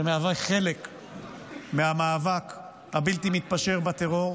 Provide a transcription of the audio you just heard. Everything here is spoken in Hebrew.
שמהווה חלק מהמאבק הבלתי-מתפשר בטרור.